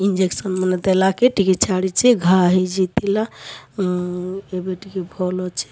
injection ମାନେ ଦେଲା କେ ଟିକେ ଛାଡ଼ିଛେ ଘା ହେଇ ଯାଇଥିଲା ଏବେ ଟିକେ ଭଲ୍ ଅଛେ